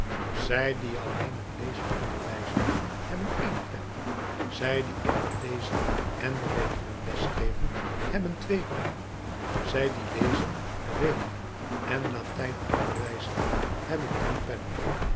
zij die alleen het lezen onderwijzen hebben één pen zij die in het lezen en rekenen les geven hebben twee pennen zij die lezen rekenen en latijn onderwijzen hebben drie pennen